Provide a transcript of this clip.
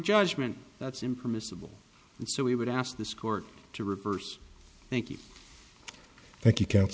judgment that's impermissible and so we would ask this court to reverse thank you thank you